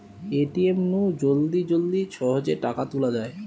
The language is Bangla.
এ.টি.এম নু জলদি জলদি সহজে টাকা তুলা যায়